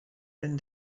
been